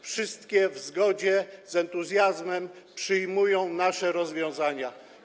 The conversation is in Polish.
Wszystkie w zgodzie z entuzjazmem przyjmują nasze rozwiązania.